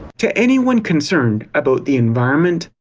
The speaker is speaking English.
to anyone concerned about the environment,